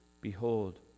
Behold